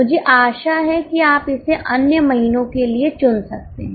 मुझे आशा है कि आप इसे अन्य महीनों के लिए चुन सकते हैं